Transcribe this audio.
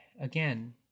again